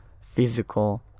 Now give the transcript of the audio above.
physical